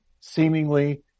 seemingly